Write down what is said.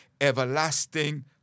everlasting